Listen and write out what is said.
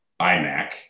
iMac